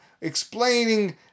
explaining